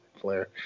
Flair